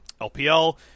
LPL